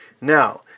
now